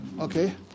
Okay